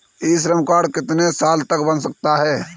ई Shram card कितने साल तक बन सकता है?